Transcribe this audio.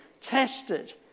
Tested